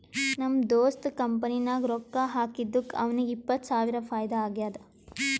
ನಮ್ ದೋಸ್ತ್ ಕಂಪನಿ ನಾಗ್ ರೊಕ್ಕಾ ಹಾಕಿದ್ದುಕ್ ಅವ್ನಿಗ ಎಪ್ಪತ್ತ್ ಸಾವಿರ ಫೈದಾ ಆಗ್ಯಾದ್